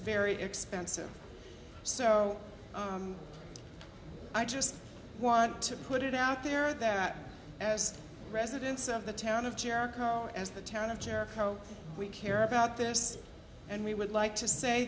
very expensive so i just want to put it out there that as residents of the town of jericho as the town of jericho we care about this and we would like to say